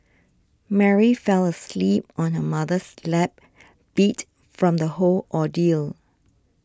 Mary fell asleep on her mother's lap beat from the whole ordeal